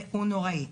והוא נוראי.